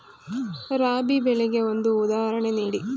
ರಾಬಿ ಬೆಳೆಗೆ ಒಂದು ಉದಾಹರಣೆ ನೀಡಿ